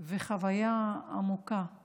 וחוויה עמוקה עם